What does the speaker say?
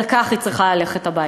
על כך היא תצטרך ללכת הביתה.